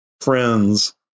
friends